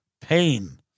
pain